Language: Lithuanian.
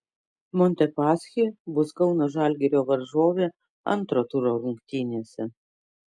montepaschi bus kauno žalgirio varžovė antro turo rungtynėse